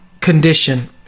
condition